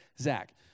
Zach